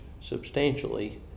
Substantially